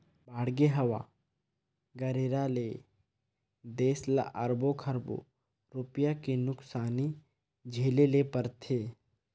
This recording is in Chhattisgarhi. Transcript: बाड़गे, हवा गरेरा ले देस ल अरबो खरबो रूपिया के नुकसानी झेले ले परथे